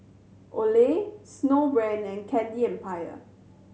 Olay Snowbrand and Candy Empire